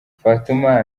fatuma